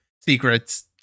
secrets